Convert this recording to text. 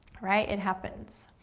right, it happens.